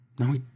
No